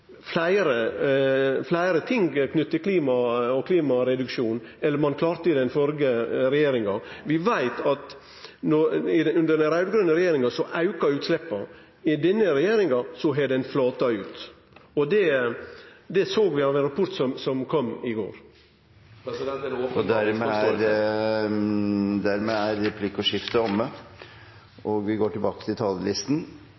fleire ting knytte til klima og klimareduksjon enn ein klarte i den førre regjeringa. Vi veit at under den raud-grøne regjeringa auka utsleppa. Under denne regjeringa har det flata ut. Det såg vi av ein rapport som kom i går. Replikkordskiftet er omme. Jeg vil også gratulere statsråd Helgesen med nye arbeidsoppgaver og håper på